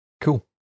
Cool